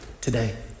Today